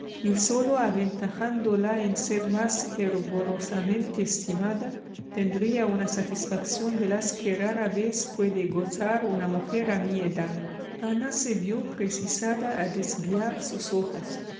y sólo aventajándola en ser más fervorosamente estimada tendría una satisfacción de las que rara vez puede gozar una mujer a mi edad ana se vió precisada a desviar sus ojos